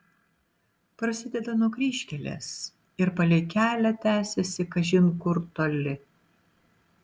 prasideda nuo kryžkelės ir palei kelią tęsiasi kažin kur toli